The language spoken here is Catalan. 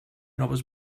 noves